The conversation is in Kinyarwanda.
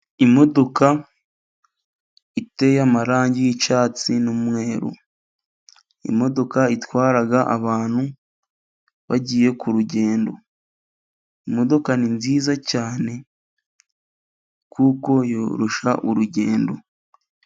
Imodoka iteye amarangi yi'cyatsi n'umweru, imodoka itwara abantu bagiye kurugendo. Imodoka ni nziza cyane kuko yorosha urugendo.